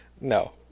No